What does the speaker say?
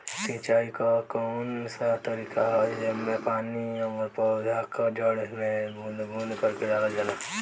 सिंचाई क कउन सा तरीका ह जेम्मे पानी और पौधा क जड़ में बूंद बूंद करके डालल जाला?